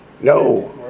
No